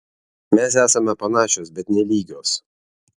mes esame panašios bet ne lygios